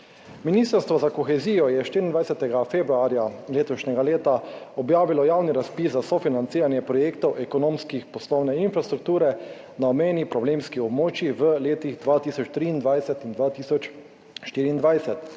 Ministrstvo za kohezijo je 24. februarja letošnjega leta objavilo javni razpis za sofinanciranje projektov ekonomsko-poslovne infrastrukture na obmejnih problemskih območjih v letih 2023 in 2024.